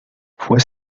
fue